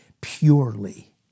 Purely